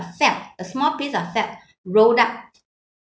sap a small piece of sap rolled up